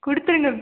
கொடுத்துருங்க